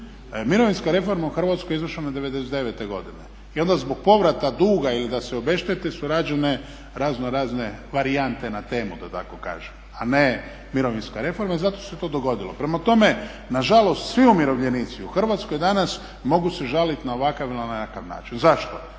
Mirovinska reforma je u Hrvatskoj izvršena '99. godine i onda zbog povrata duga ili da se obeštete su rađene razno razne varijante na temu da tako kažem, a ne mirovinska reforma i zato se to dogodilo. Prema tome, na žalost svi umirovljenici u Hrvatskoj danas mogu se žaliti na ovakav ili onakav način. Zašto?